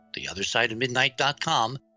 theothersideofmidnight.com